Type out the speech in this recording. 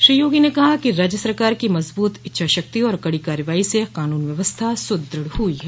श्री योगी ने कहा राज्य सरकार की मजबूत इच्छाशक्ति और कड़ी कार्रवाई से कानून व्यवस्था सुदृढ़ हई है